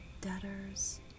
debtors